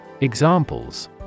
Examples